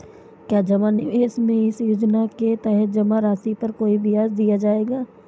क्या जमा निवेश में इस योजना के तहत जमा राशि पर कोई ब्याज दिया जाएगा?